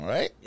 Right